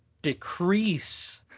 decrease